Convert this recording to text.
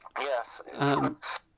Yes